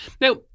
Now